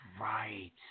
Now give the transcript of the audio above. right